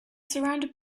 surrounded